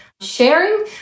sharing